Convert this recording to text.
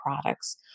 products